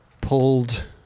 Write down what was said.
pulled